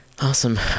awesome